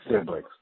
siblings